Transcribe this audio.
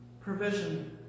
Provision